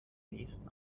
nächsten